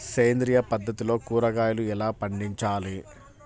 సేంద్రియ పద్ధతిలో కూరగాయలు ఎలా పండించాలి?